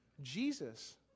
Jesus